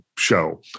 show